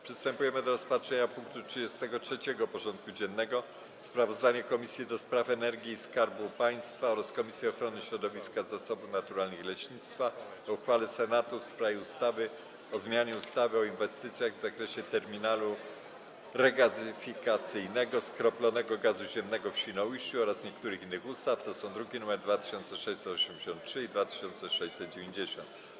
Przystępujemy do rozpatrzenia punktu 33. porządku dziennego: Sprawozdanie Komisji do Spraw Energii i Skarbu Państwa oraz Komisji Ochrony Środowiska, Zasobów Naturalnych i Leśnictwa o uchwale Senatu w sprawie ustawy o zmianie ustawy o inwestycjach w zakresie terminalu regazyfikacyjnego skroplonego gazu ziemnego w Świnoujściu oraz niektórych innych ustaw (druki nr 2683 i 2690)